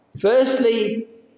Firstly